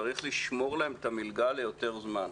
צריך לשמור להם את המלגה ליותר זמן.